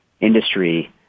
industry